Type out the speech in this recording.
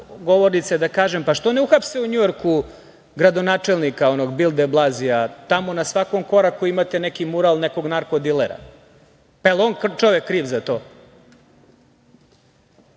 govornice da kažem, što ne uhapse u Njujorku gradonačelnika onog Bilde Blazija? Tamo na svakom koraku imate neki mural nekog narko dilera. Jel on kao čovek kriv za to?